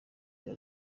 bya